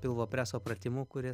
pilvo preso pratimų kurie